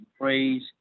praise